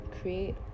create